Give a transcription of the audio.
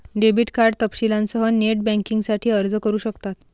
debit card तपशीलांसह net बँकिंगसाठी अर्ज करू शकतात